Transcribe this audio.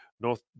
North